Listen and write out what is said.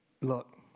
Look